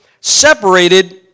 separated